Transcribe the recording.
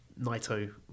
Naito